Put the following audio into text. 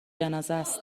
جنازهست